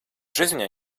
жизни